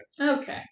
Okay